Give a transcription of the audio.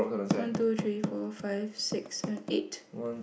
one two three four five six seven eight